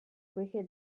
poichè